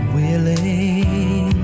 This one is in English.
willing